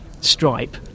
stripe